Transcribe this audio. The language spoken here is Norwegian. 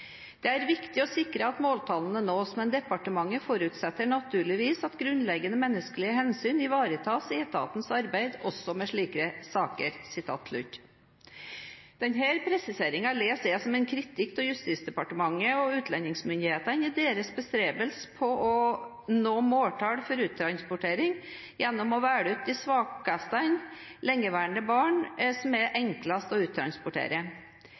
er viktig å sikre at måltallene nås, men departementet forutsetter naturligvis at grunnleggende menneskelige hensyn ivaretas i etatens arbeid også med disse sakene.» Denne presiseringen leser jeg som en kritikk av Justisdepartementet og utlendingsmyndighetene i deres bestrebelse på å nå måltall for uttransportering gjennom å velge ut de svakeste lengeværende barna, som er enklest å uttransportere.